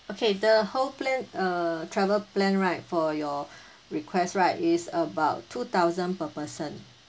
okay the whole plan uh travel plan right for your request right is about two thousand per person